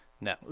No